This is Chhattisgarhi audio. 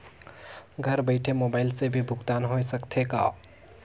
घर बइठे मोबाईल से भी भुगतान होय सकथे का?